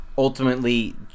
ultimately